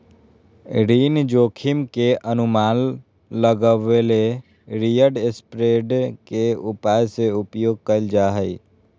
ऋण जोखिम के अनुमान लगबेले यिलड स्प्रेड के उपाय के उपयोग कइल जा हइ